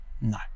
No